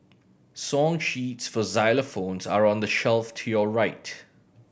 song sheets for xylophones are on the shelf to your right